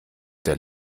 der